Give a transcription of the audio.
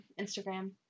Instagram